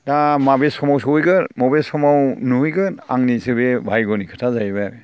दा बबे समाव सहैगोन बबे समाव नुहैगोन आंनिसो बे भायग्ग'नि खोथा जाहैबाय आरो